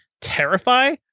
terrify